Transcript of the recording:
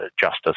justice